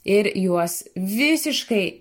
ir juos visiškai